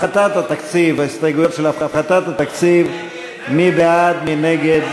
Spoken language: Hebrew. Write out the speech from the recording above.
בעד, 59, נגד,